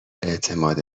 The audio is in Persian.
اعتماد